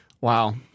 Wow